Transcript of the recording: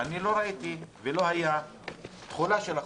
לא ראיתי תחולה של החוק.